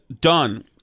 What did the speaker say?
done